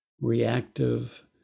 reactive